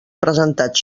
presentats